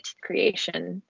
creation